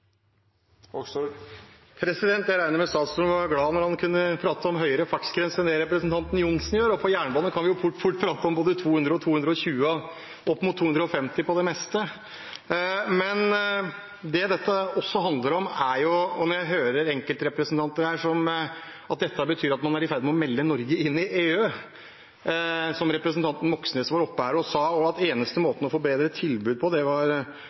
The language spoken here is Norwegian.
med at statsråden var glad da han kunne prate om høyere fartsgrenser enn det representanten Johnsen gjorde. På jernbane kan vi fort prate om både 200 og 220 km/t, og opp mot 250 km/t på det meste. Når jeg hører enkeltrepresentanter her si at dette betyr at man er i ferd med å melde Norge inn i EU – som representanten Moxnes var oppe her og sa – og at eneste måten å få bedre tilbud på, var at man måtte ha dårligere lønns- og arbeidsvilkår, kunne det